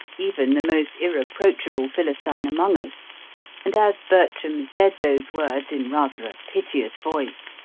even the most irreproachable philistine among us and as bertram said those words in rather a piteous voice,